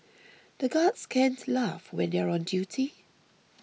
the guards can't laugh when they are on duty